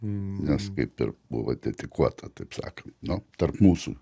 nes kaip ir buvo dedikuota taip sakant nu tarp mūsų